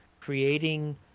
creating